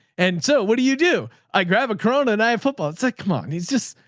and so what do you do? i grab a corona and i football. it's like, come on. and he's just,